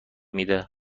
میده